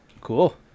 Cool